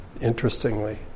Interestingly